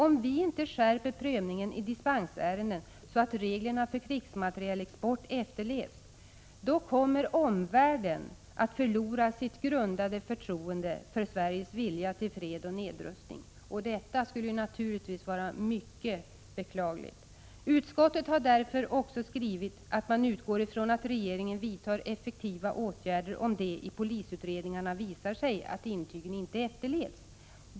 Om vi inte skärper prövningen i dispensärenden så att reglerna för krigsmaterielexport efterlevs, då kommer omvärlden att förlora sitt grundade förtroende för Sveriges vilja till fred och nedrustning. Detta skulle naturligtvis vara mycket beklagligt. Utskottet har därför också skrivit att man utgår ifrån att regeringen vidtar effektiva åtgärder om det i polisutredningarna visar sig att intygen inte efterlevts.